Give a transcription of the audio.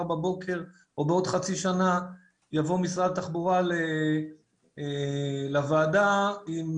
בבוקר או בעוד חצי שנה יבוא משרד התחבורה לוועדה עם